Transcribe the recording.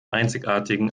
einzigartigen